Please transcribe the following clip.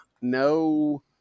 no